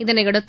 இதனையடுத்து